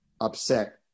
upset